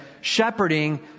Shepherding